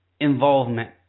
involvement